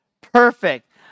perfect